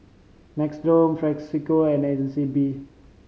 Nixoderm Frisolac and Agnes B